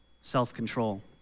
self-control